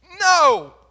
no